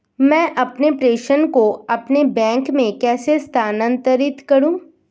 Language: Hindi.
मैं अपने प्रेषण को अपने बैंक में कैसे स्थानांतरित करूँ?